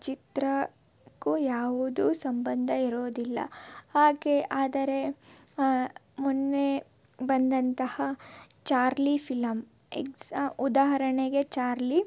ಚಿತ್ರಕ್ಕೂ ಯಾವುದೂ ಸಂಬಂಧ ಇರುವುದಿಲ್ಲ ಹಾಗೆ ಆದರೆ ಮೊನ್ನೆ ಬಂದಂತಹ ಚಾರ್ಲಿ ಫಿಲಮ್ ಎಕ್ಸಾ ಉದಾಹರಣೆಗೆ ಚಾರ್ಲಿ